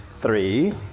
three